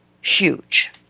huge